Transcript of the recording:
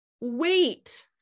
wait